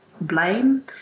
blame